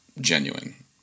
genuine